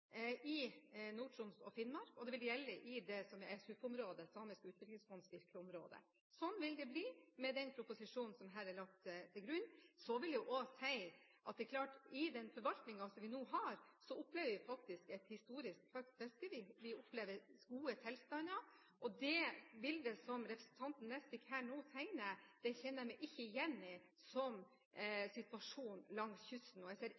i Nord-Troms og Finnmark, og det vil gjelde i det som er SUFs – Samisk utviklingsfonds – virkeområde. Sånn vil det bli med den proposisjonen som her er lagt til grunn. Så vil jeg også si at det er klart at i den forvaltningen vi nå har, opplever vi faktisk et historisk fiske. Vi opplever gode tilstander, og det bildet representanten Nesvik nå tegner av situasjonen langs kysten, kjenner jeg meg ikke igjen i.